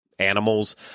Animals